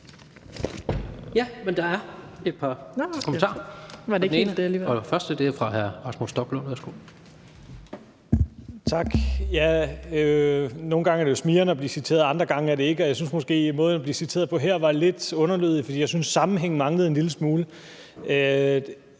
Ja, men der er et par kommentarer,